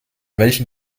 welchen